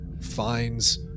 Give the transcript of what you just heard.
finds